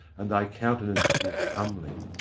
and thy countenance is comely.